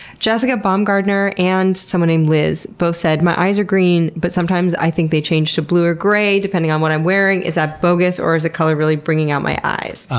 jessica bomgardner and and liz both said my eyes are green, but sometimes i think they change to blue or gray depending on what i'm wearing. is that bogus or is the color really bringing out my eyes?